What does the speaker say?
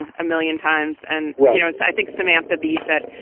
and a million times. and, you know, it's i think samantha bee said,